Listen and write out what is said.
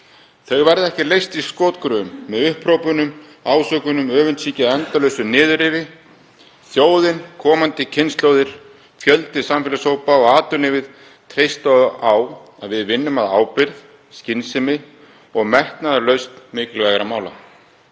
Þau verða ekki leyst í skotgröfum, með upphrópunum, ásökunum, öfundsýki eða endalausu niðurrifi. Þjóðin, komandi kynslóðir, fjöldi samfélagshópa og atvinnulífið treysta á að við vinnum af ábyrgð, skynsemi og að metnaðarfullri lausn mikilvægra mála.